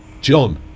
John